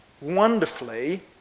wonderfully